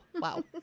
wow